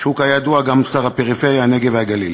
שהוא כידוע גם שר הפריפריה, הנגב והגליל.